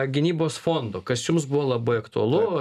gynybos fondo kas jums buvo labai aktualu